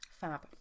Fab